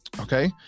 Okay